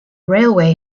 railway